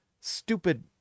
stupid